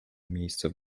miejsce